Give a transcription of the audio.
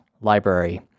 Library